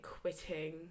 quitting